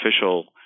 official